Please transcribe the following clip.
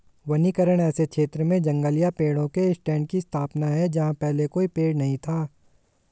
वनीकरण ऐसे क्षेत्र में जंगल या पेड़ों के स्टैंड की स्थापना है जहां पहले कोई पेड़ नहीं था